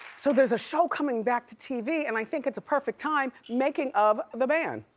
so there's a show coming back to tv and i think it's a perfect time. making of the band.